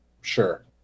Sure